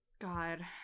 God